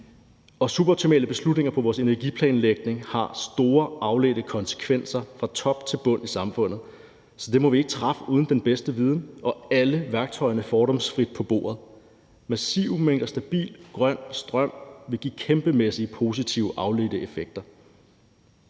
Og suboptimale beslutninger i forhold til vores energiplanlægning har store afledte konsekvenser fra top til bund i samfundet, så dem må vi ikke træffe, uden at vi har den bedste viden og alle værktøjerne fordomsfrit på bordet. Massive mængder stabil grøn strøm vil give kæmpemæssige positive afledte effekter.